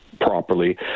properly